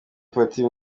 pati